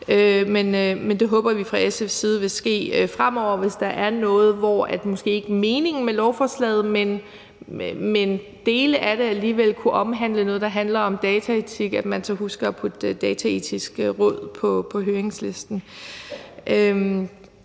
Men det håber vi fra SF's side vil ske fremover, hvis der er noget, hvor måske ikke meningen med lovforslaget, men dele af det alligevel kunne omhandle noget, der handler om dataetik, altså at man så husker at putte Dataetisk Råd på høringslisten.